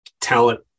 talent